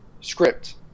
script